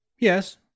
Yes